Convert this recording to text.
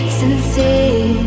sincere